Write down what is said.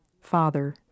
Father